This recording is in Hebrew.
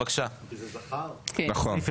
הצבעה בעד